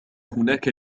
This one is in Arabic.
هناك